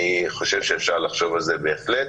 אני חושב שאפשר לחשוב על זה בהחלט.